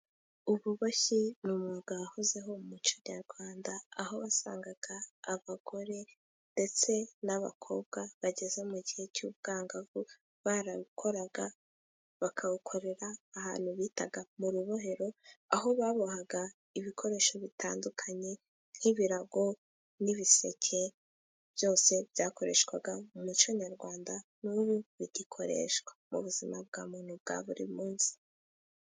Ububoshyi n'umwuga wahozeho mu muco nyarwanda, aho wasangaga abagore ndetse n'abakobwa bageze mu gihe cy'ubwangavu barawukoraga, bakawukorera ahantu bitaga mu rubohero aho baboheraga ibikoresho bitandukanye; nk'ibirago n'ibiseke, byose byakoreshwaga mu muco nyarwanda, n'ubu bigakoreshwa mu buzima bwa muntu bwa buri munsi.